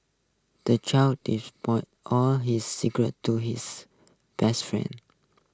the child divulged all his secrets to his best friend